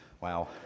Wow